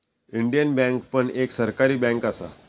Indian bank पण एक सरकारी बँक असा